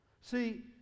See